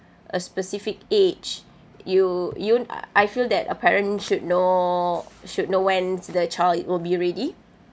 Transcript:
a specific age you you I feel that a parent should know should know when's the child will be ready